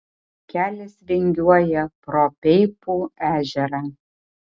kelias vingiuoja pro peipų ežerą